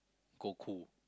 Goku